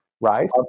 right